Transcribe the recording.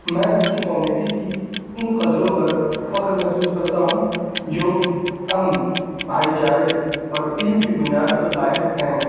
میں اپنی کمیونٹی کی ان قدروں پر فخر محسوس کرتا ہوں جو امن بھائی چارے اور علم کی بنیاد پر قائم ہیں